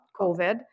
COVID